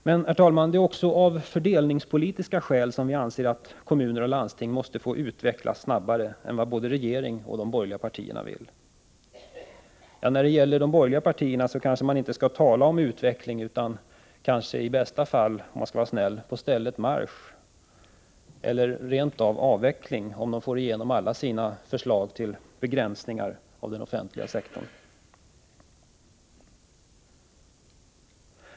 Men, herr talman, det är också av fördelningspolitiska skäl som vi anser att kommuner och landsting måste få utvecklas snabbare än vad både regeringen och de borgerliga partierna vill. När det gäller de borgerliga partierna kanske man inte skall tala om utveckling utan i bästa fall — om man skall vara snäll — säga att det blir fråga om på stället marsch eller rent av avveckling, om dessa partier får igenom alla sina förslag till begränsningar av den offentliga sektorn.